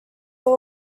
were